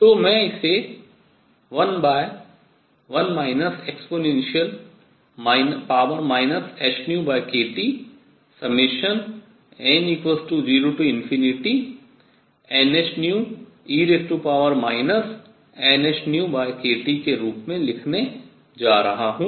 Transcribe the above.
तो मैं इसे 11 e hνkTn0nhνe nhνkT के रूप में लिखने जा रहा हूँ